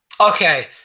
okay